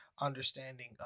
understanding